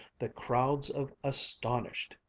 the crowds of astonished,